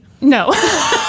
No